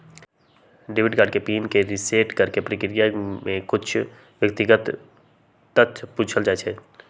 debit card के PIN के reset करेके प्रक्रिया में कुछ व्यक्तिगत तथ्य पूछल जाइ छइ